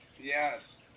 Yes